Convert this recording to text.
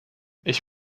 ich